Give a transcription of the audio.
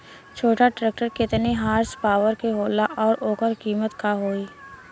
छोटा ट्रेक्टर केतने हॉर्सपावर के होला और ओकर कीमत का होई?